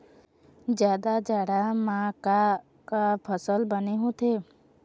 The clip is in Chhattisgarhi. जादा जाड़ा म का का फसल बने होथे?